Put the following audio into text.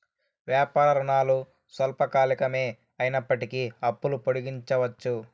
వ్యాపార రుణాలు స్వల్పకాలికమే అయినప్పటికీ అప్పులు పొడిగించవచ్చు